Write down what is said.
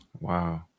Wow